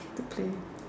to play